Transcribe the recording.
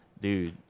dude